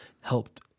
helped